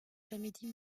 comédie